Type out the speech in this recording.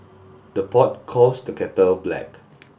the pot calls the kettle black